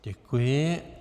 Děkuji.